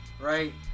Right